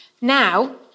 Now